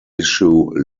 issue